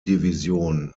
division